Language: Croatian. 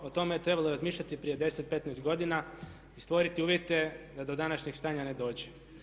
O tome je trebalo razmišljati prije 10, 15 godina i stvoriti uvjete da do današnjeg stanja ne dođe.